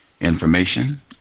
information